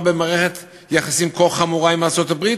במערכת יחסים כה חמורה עם ארצות-הברית,